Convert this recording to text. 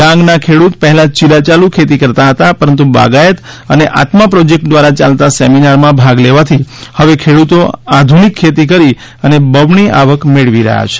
ડાંગ નાં ખેડત પહેલા ચીલા ચાલુ ખેતી કરતા હતા પરંતુ બાગાયત અને આત્મા પ્રોજેક્ટ દ્વારા ચાલતા સેમિનાર માં ભાગ લેવા થી હવે ખેડૂતો આધુનિક ખેતી કરી બમણી આવક મેળવી રહ્યા છે